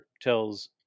tells